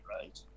right